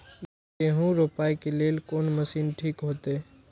गेहूं रोपाई के लेल कोन मशीन ठीक होते?